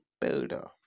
builder